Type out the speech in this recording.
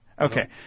Okay